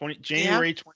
January